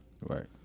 Right